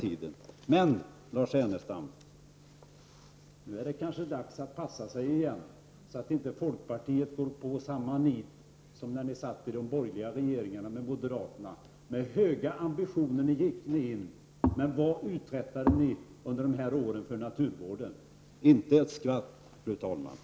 Men, Lars Ernestam, nu är det kanske dags att passa sig igen, så att folkpartiet inte går på samma nit som när ni satt i de borgerliga regeringarna tillsammans med moderaterna. Ni gick in med höga ambitioner, men vad uträttade ni under de åren för naturvården? Inte ett skvatt, fru talman!